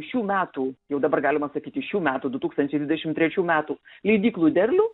šių metų jau dabar galima sakyti šių metų du tūkstančiai dvidešimt trečių metų leidyklų derlių